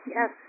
Yes